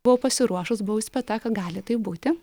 buvau pasiruošus buvau įspėta kad gali taip būti